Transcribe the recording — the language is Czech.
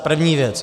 První věc.